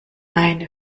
eine